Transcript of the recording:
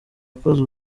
akoze